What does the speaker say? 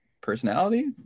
personality